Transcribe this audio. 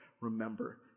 Remember